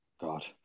God